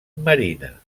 marina